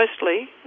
mostly